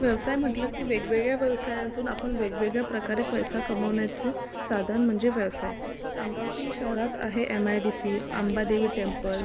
व्यवसाय म्हटलं की वेगवेगळ्या व्यवसायांतून आपण वेगवेगळ्या प्रकारे पैसा कमवण्याचे साधन म्हणजे व्यवसाय अमरावती शहरात आहे M I D C Ambadevi temple